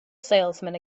salesman